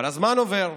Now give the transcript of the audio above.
אבל הזמן עובר,